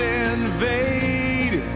invade